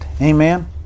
Amen